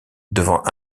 devant